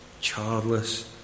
childless